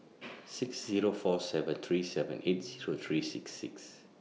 six Zero four seven three seven eight Zero three six